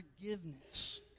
forgiveness